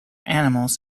animals